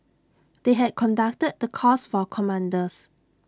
they had conducted the course for commanders